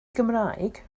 gymraeg